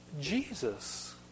Jesus